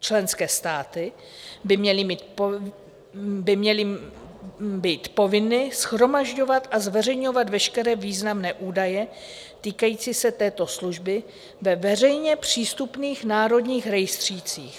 Členské státy by měly být povinny shromažďovat a zveřejňovat veškeré významné údaje týkající se této služby ve veřejně přístupných národních rejstřících.